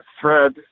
thread